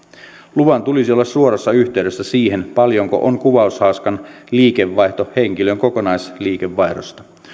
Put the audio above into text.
luvan tulisi olla suorassa yhteydessä siihen paljonko on kuvaushaaskan liikevaihdon osuus henkilön kokonaisliikevaihdosta